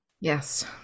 yes